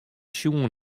sjoen